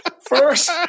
first